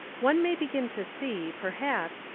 one may begin to see, perhaps,